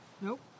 Nope